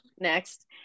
next